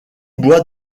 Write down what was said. bois